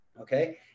okay